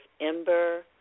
Ember